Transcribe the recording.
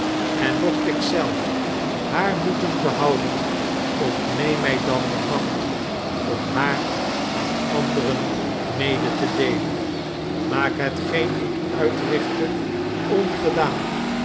eh mocht ik zelf haar moeten behouden ontneem mij dan de macht om haar aan anderen mede te deelen maak hetgeen ik uitrichtte ongedaan